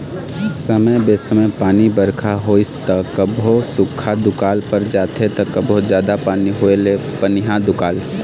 समे बेसमय पानी बरखा होइस त कभू सुख्खा दुकाल पर जाथे त कभू जादा पानी होए ले पनिहा दुकाल